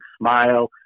smile